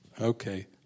Okay